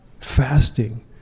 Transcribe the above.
fasting